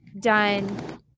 done